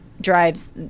drives